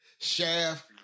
Shaft